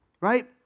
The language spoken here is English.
right